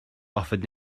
offered